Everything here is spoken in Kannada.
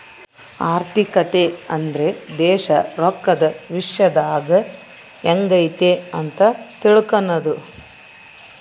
ಆರ್ಥಿಕತೆ ಅಂದ್ರೆ ದೇಶ ರೊಕ್ಕದ ವಿಶ್ಯದಾಗ ಎಂಗೈತೆ ಅಂತ ತಿಳ್ಕನದು